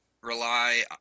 rely